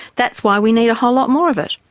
that's why we need a whole lot more of it.